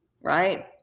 right